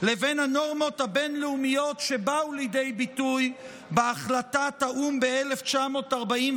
לבין הנורמות הבין-לאומיות שבאו לידי ביטוי בהחלטת האו"ם ב-1947,